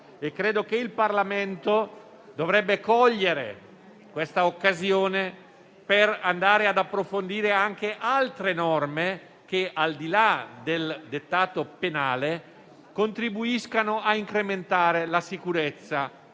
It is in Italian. credo che il Parlamento dovrebbe cogliere questa occasione per andare ad approfondire anche altre norme che, al di là del dettato penale, contribuiscano a incrementare la sicurezza